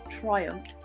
triumph